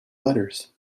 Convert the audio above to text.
letters